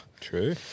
True